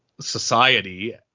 society